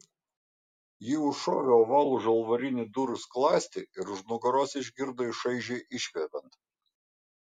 ji užšovė ovalų žalvarinį durų skląstį ir už nugaros išgirdo jį šaižiai iškvepiant